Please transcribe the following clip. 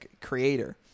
creator